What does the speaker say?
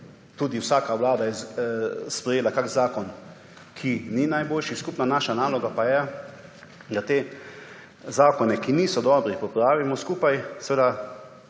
tudi vsaka vlada je sprejela kakšen zakon, ki ni najboljši. Skupna naša naloga pa je, da te zakone, ki niso dobri popravimo skupaj seveda